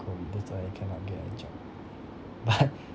COVID that's why I cannot get a job but